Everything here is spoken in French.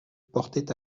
portait